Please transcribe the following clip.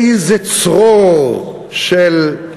איזה צרור של,